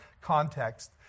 context